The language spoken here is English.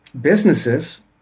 businesses